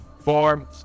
four